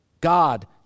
God